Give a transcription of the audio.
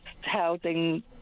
housing